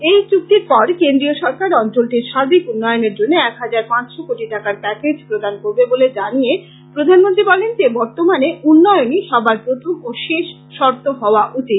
এই চুক্তির পর কেন্দ্রীয় সরকার অঞ্চলটির সার্বিক উন্নয়নের জন্য এক হাজার পাঁচশো কোটি টাকার প্যাকেজ প্রদান করবে বলে জানিয়ে প্রধানমন্ত্রী বলেন যে বর্তমানে উন্নয়নই সবার প্রথম ও শেষ শর্ত হওয়া উচিত